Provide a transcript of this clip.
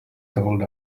told